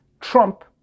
Trump